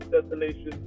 destination